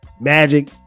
Magic